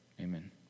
amen